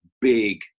Big